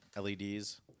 LEDs